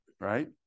right